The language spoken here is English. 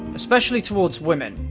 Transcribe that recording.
especially towards women.